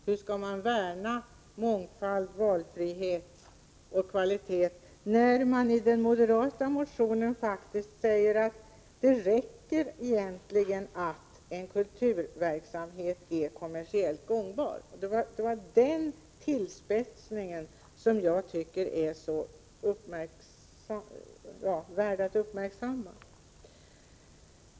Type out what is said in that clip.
Hur skall man värna mångfald, valfrihet och kvalitet när det i den moderata motionen faktiskt sägs att det egentligen räcker att en kulturverksamhet är kommersiellt gångbar. Det är den tillspetsningen som jag tycker är värd att uppmärksamma.